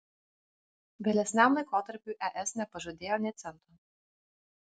vėlesniam laikotarpiui es nepažadėjo nė cento